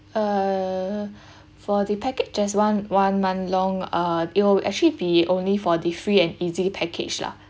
uh for the package just one one month long uh it'll actually be only for the free and easy package lah